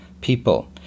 people